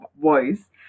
voice